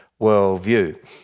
worldview